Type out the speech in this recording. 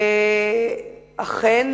ואכן,